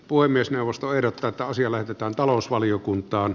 puhemiesneuvosto ehdottaa että asia lähetetään talousvaliokuntaan